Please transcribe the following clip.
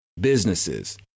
businesses